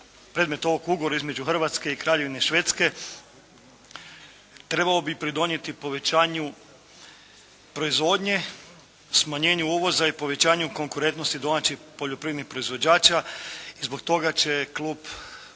predmet ovog ugovora između Hrvatske i Kraljevine Švedske trebao bi pridonijeti povećanju proizvodnje, smanjenju uvoza i povećanju konkurentnosti domaćih poljoprivrednih proizvođača i zbog toga će Klub